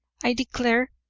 i declare,